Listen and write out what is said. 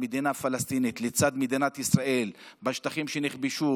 מדינה פלסטינית לצד מדינת ישראל בשטחים שנכבשו